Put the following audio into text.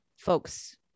folks